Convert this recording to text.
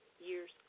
years